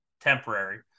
temporary